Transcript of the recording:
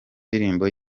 ndirimbo